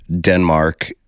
Denmark